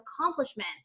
accomplishment